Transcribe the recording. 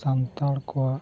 ᱥᱟᱱᱛᱟᱲ ᱠᱚᱣᱟᱜ